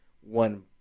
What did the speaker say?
one